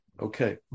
Okay